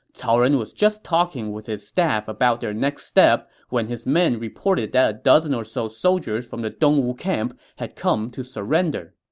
cao ren was just talking with his staff about their next step when his men reported reported that a dozen or so soldiers from the dongwu camp had come to surrender.